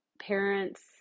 parents